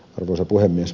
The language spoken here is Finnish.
arvoisa puhemies